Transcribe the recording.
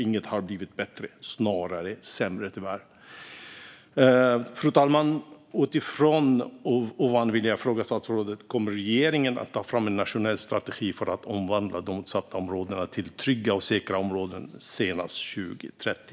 Inget har blivit bättre utan tyvärr snarare sämre. Fru talman! Utifrån detta vill jag fråga statsrådet: Kommer regeringen att ta fram en nationell strategi för att omvandla de utsatta områdena till trygga och säkra områden senast 2030?